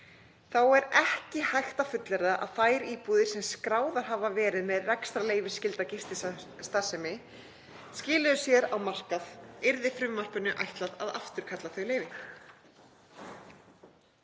Þá er ekki hægt að fullyrða að þær íbúðir sem skráðar hafa verið fyrir rekstrarleyfisskylda gististarfsemi skili sér á markað yrði frumvarpinu ætlað að afturkalla þau leyfi.